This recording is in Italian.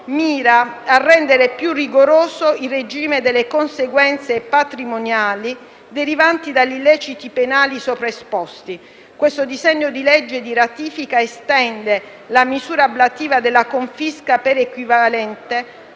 a partire dal 1989 e nello specifico mira a rendere più rigoroso il regime delle conseguenze patrimoniali derivanti dagli illeciti penali sopraesposti. Il disegno di legge di ratifica estende la misura ablativa della confisca per equivalente